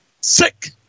sick